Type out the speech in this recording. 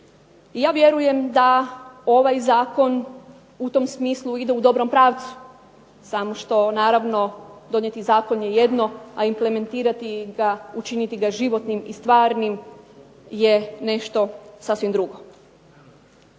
I ja vjerujem da ovaj Zakon u tom smislu ide u dobrom pravcu, samo što naravno donijeti zakon je jedno, a implementirati ga, učiniti ga životnim i stvarnim je nešto sasvim drugo.